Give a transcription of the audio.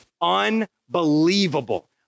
unbelievable